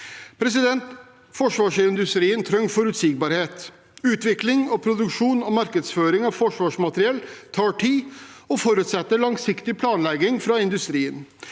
Forsvarsindustrien trenger forutsigbarhet. Utvikling og produksjon og markedsføring av forsvarsmateriell tar tid og forutsetter langsiktig planlegging fra industrien.